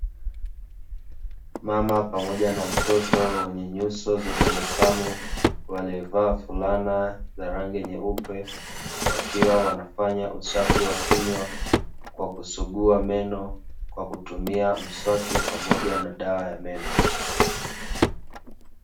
Mama pamoja na mtoto wenye nyuso za tabasamu, wamevaa fulana za rangi nyeupe wakiwa wanafanya usafi wa kinywa kwa kusugua meno kwakutumia miswaki pamoja na dawa ya meno.